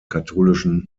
katholischen